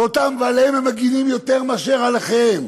ועליהם הם מגינים יותר מאשר על אחיהם.